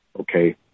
Okay